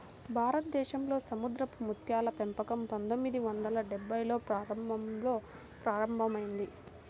భారతదేశంలో సముద్రపు ముత్యాల పెంపకం పందొమ్మిది వందల డెభ్భైల్లో ప్రారంభంలో ప్రారంభమైంది